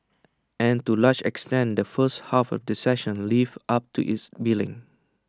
and to A large extent the first half of the session lived up to its billing